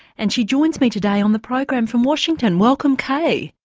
and she joins me today on the program from washington, welcome kay.